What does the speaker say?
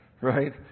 right